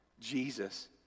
jesus